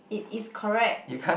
it is correct